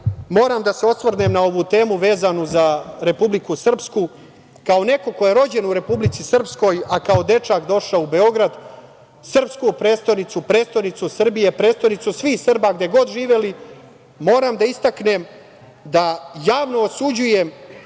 moram da se osvrnem na ovu temu vezanu za Republiku Srpsku. Kao neko ko je rođen u Republici Srpskoj, a kao dečak došao u Beograd, srpsku prestonicu, prestonicu Srbije, prestonicu svih Srba gde god živeli, moram da istaknem da javno osuđujem